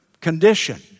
condition